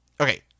Okay